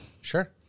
Sure